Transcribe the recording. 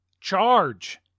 charge